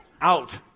out